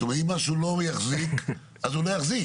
זאת אומרת אם משהו לא יחזיק אז הוא לא יחזיק.